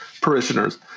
parishioners